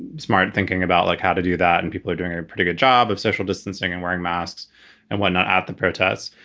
smart thinking about like how to do that. and people are doing a pretty good job of social social distancing and wearing masks and whatnot at the protests.